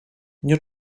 nie